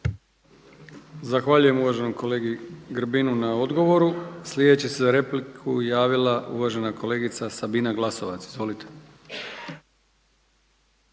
Zahvaljujem uvaženom kolegi Peđi Grbinu na odgovoru. Sljedeća se za repliku javila uvažena kolegica Irena Petrijevčanin